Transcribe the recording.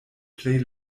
plej